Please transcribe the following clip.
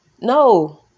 No